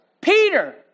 Peter